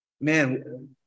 man